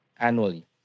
annually